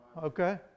Okay